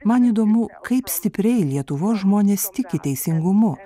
man įdomu kaip stipriai lietuvos žmonės tiki teisingumu